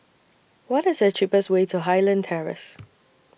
What IS The cheapest Way to Highland Terrace